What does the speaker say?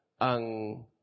ang